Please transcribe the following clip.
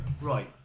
Right